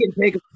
take